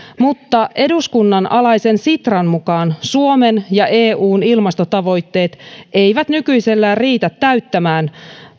mutta eduskunnan alaisen sitran mukaan suomen ja eun ilmastotavoitteet eivät nykyisellään riitä täyttämään